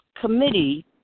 committee